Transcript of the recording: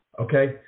okay